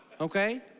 Okay